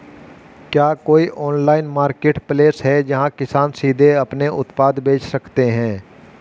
क्या कोई online marketplace है जहां किसान सीधे अपने उत्पाद बेच सकते हैं?